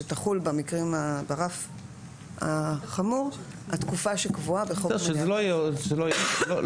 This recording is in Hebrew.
שתחול ברף החמור התקופה שקבועה בחוק מניעת העסקת עברייני מין.